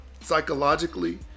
psychologically